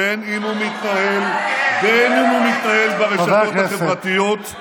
בין שהוא מתנהל ברשתות החברתיות,